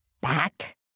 back